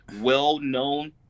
well-known